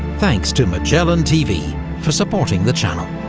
thanks to magellan tv for supporting the channel.